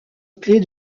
plaint